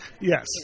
yes